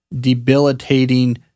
debilitating